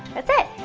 that's it!